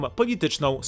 polityczną